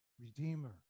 Redeemer